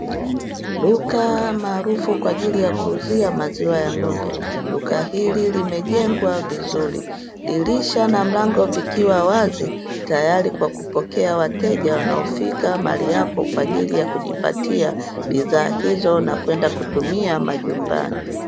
Duka maarufu kwaajili ya kuuzia maziwa ya ng’ombe. Duka hili limejengwa vizuri, dirisha na mlango vikiwa wazi tayari kwa kupokea wateja wanaofika mahali hapo kwa ajili ya kujipatia bidhaa hizo na kwenda kutumia majumbani.